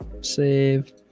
save